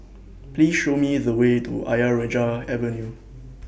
Please Show Me The Way to Ayer Rajah Avenue